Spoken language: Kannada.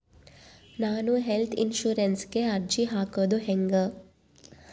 ನಾನು ಹೆಲ್ತ್ ಇನ್ಸುರೆನ್ಸಿಗೆ ಅರ್ಜಿ ಹಾಕದು ಹೆಂಗ?